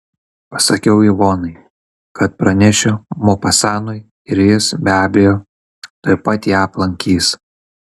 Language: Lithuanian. pasakiau ivonai kad pranešiu mopasanui ir jis be abejo tuoj pat ją aplankys